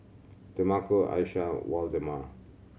Demarco Aisha Waldemar